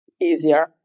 easier